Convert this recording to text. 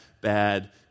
bad